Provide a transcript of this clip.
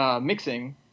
mixing